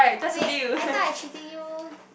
wait I thought I treating you